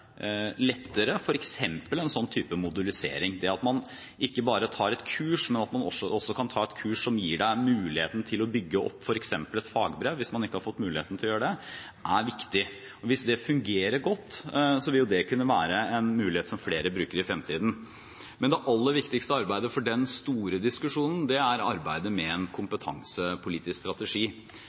lettere – f.eks. ved en sånn type modulisering som gjør at man ikke bare tar et kurs, men at man kan ta et kurs som gir en muligheten til å bygge opp f.eks. et fagbrev, hvis man ikke har hatt mulighet til å gjøre det. Hvis det fungerer godt, vil det kunne være en mulighet som flere bruker i fremtiden. Men det aller viktigste arbeidet for den store diskusjonen er arbeidet med en kompetansepolitisk strategi.